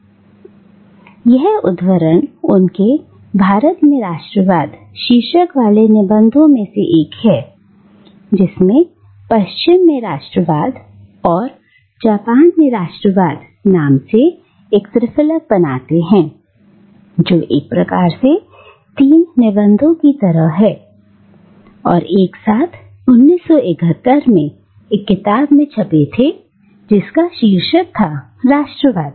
" यह उद्धरण उनके " भारत में राष्ट्रवाद" शीर्षक वाले निबंध में से है जिसमें " पश्चिम में राष्ट्रवाद" और " जापान में राष्ट्रवाद" नाम से एक त्रिफलक बनाते हैं जो एक प्रकार से तीन निबंधों की तरह है और एक साथ 1971 में एक किताब में छपे थे जिसका शीर्षक था राष्ट्रवाद